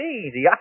easy